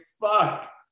fuck